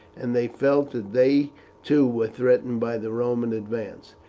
and they felt that they too were threatened by the roman advance.